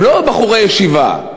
הם לא בחורי ישיבה.